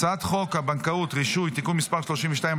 הצעת חוק הבנקאות (רישוי) (תיקון מס' 32),